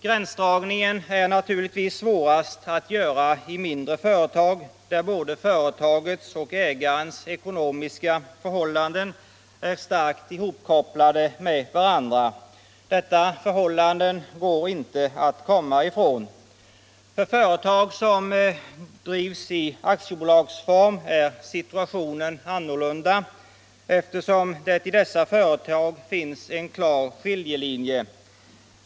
Gränsdragningen är naturligtvis svårast att göra i mindre företag, där företagets och ägarens ekonomiska förhållanden är starkt ihopkopplade med varandra. Detta förhållande går inte att komma ifrån. För företag som drivs i aktiebolagsform är situationen annorlunda, eftersom det i dessa företag finns en klar skiljelinje.